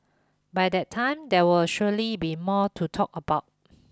by that time there will surely be more to talk about